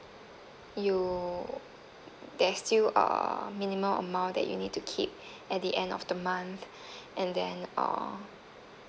you there's still a minimum amount that you need to keep at the end of the month and then uh